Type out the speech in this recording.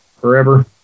forever